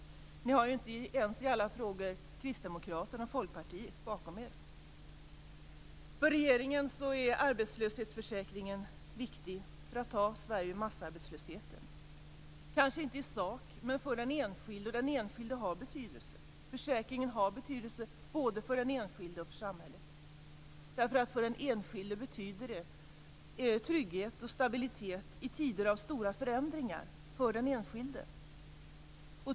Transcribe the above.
Moderaterna har inte ens i alla frågor Kristdemokraterna och För regeringen är arbetslöshetsförsäkringen viktig för att ta Sverige ur massarbetslösheten, kanske inte i sak men för den enskilde. Försäkringen har betydelse både för den enskilde och för samhället. För den enskilde betyder det trygghet och stabilitet i tider av stora förändringar för den enskilde.